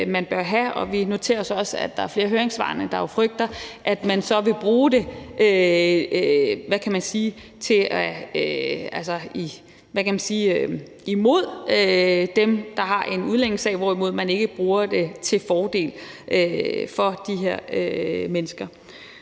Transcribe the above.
man bør have, og vi noterer os også, at der er flere af høringssvarene, der udtrykker frygt for, at man så vil bruge det, hvad kan man sige, imod dem, der har en udlændingesag, hvorimod man ikke bruger det til fordel for de her mennesker.